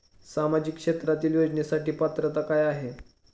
सामाजिक क्षेत्रांतील योजनेसाठी पात्रता काय आहे?